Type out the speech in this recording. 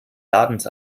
ladens